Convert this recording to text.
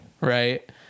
right